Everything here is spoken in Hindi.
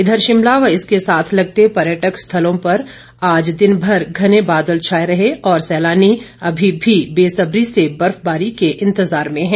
इधर शिमला व इसके साथ लगते पर्यटक स्थलों पर आज दिन भर घने बादल छाए रहे और सैलानी अभी भी बेसब्री से बर्फबारी के इंतजारी में है